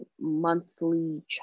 monthly